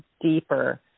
deeper